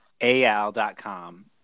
al.com